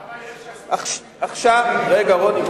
כמה יש, רגע, רוני.